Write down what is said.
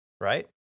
right